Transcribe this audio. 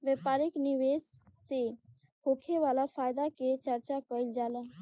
व्यापारिक निवेश से होखे वाला फायदा के चर्चा कईल जाला